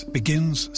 begins